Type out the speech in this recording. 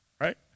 Right